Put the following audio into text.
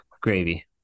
gravy